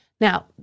Now